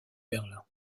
berlin